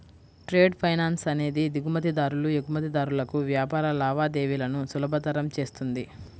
trade finance అనేది దిగుమతిదారులు, ఎగుమతిదారులకు వ్యాపార లావాదేవీలను సులభతరం చేస్తుంది